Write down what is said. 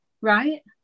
right